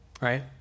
right